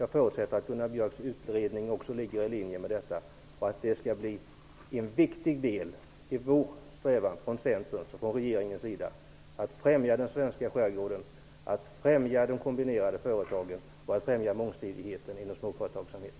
Jag förutsätter att Gunnar Björks utredning också ligger i linje med detta och att det skall bli en viktig del i Centerns och regeringens strävan att främja den svenska skärgården, de kombinerade företagen och mångsidigheten hos småföretagen.